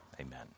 amen